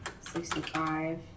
sixty-five